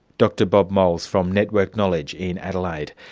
dr bob moles from networked knowledge in adelaide.